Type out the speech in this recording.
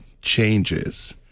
changes